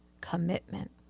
commitment